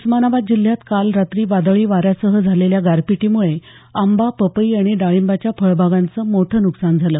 उस्मानाबाद जिल्ह्यात काल रात्री वादळी वाऱ्यासह झालेल्या गारपिटीमुळे आंबा पपई आणि डाळिंबाच्या फळबागांचं मोठं न्कसान झालं